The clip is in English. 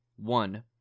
one